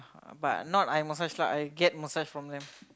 uh but not I massage lah I get massage from them